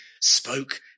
spoke